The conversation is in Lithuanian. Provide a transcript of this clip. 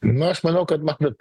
na aš manau kad matot